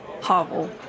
hovel